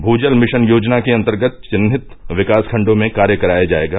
भूजल मिशन योजना के अन्तर्गत चिन्हित पिकासखंडों में कार्य कराया जायेगा